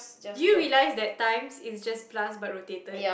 you realise that times is just plus but rotated